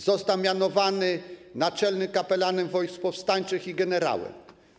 Został mianowany naczelnym kapelanem wojsk powstańczych i generałem.